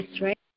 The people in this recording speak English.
right